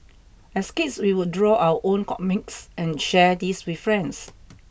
as kids we would draw our own comics and share these with friends